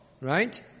right